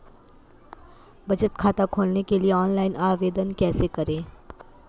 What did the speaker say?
बचत खाता खोलने के लिए ऑनलाइन आवेदन कैसे करें?